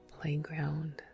playground